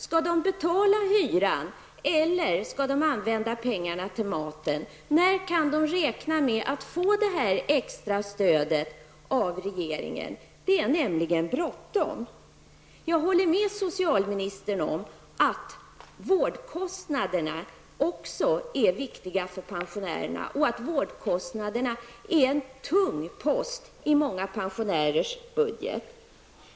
Skall de betala hyran eller skall de använda pengarna till mat? När kan de räkna med att få detta extra stöd av regeringen? Det är nämligen bråttom. Jag håller med socialministern om att vårdkostnaderna också är viktiga för pensionärerna och att de är en tung post i många pensionärers budget.